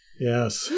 Yes